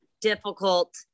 difficult